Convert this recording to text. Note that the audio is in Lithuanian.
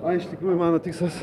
ai iš tikrųjų mano tikslas